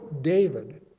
David